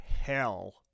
hell